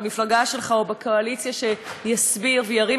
במפלגה שלך או בקואליציה שיסביר וירים